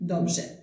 Dobrze